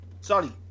Sorry